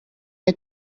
may